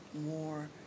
more